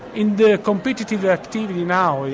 in the competitive activity now,